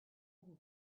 over